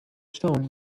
stone